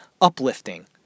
uplifting